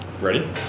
Ready